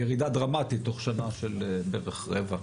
ירידה דרמטית תוך שנה של בערך רבע,